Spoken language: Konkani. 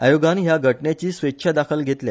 आयोगान ह्या घटनेची स्वेच्छा दखल घेतल्या